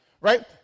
Right